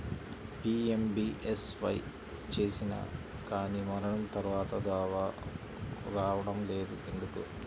PMBSY చేసినా కానీ మరణం తర్వాత దావా రావటం లేదు ఎందుకు?